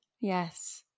yes